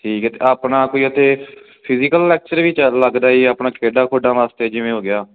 ਠੀਕ ਹੈ ਆਪਣਾ ਕੋਈ ਇੱਥੇ ਫਿਜੀਕਲ ਲੈਕਚਰ ਵੀ ਚਰਨ ਲੱਗਦਾ ਜੀ ਆਪਣਾ ਖੇਡਾਂ ਖੁਡਾਂ ਵਾਸਤੇ ਜਿਵੇਂ ਹੋ ਗਿਆ